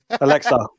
Alexa